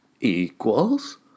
equals